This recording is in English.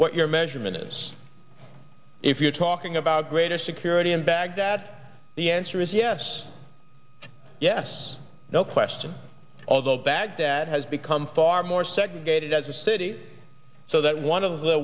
what your measurement is if you're talking about greater security in baghdad the answer is yes yes no question although baghdad has become far more segregated as a city so that one of the